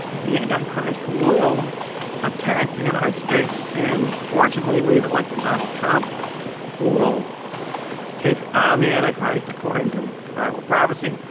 the antichrist will attack the united states and fortunately we've elected donald trump who will take on the antichrist according to bible prophecy.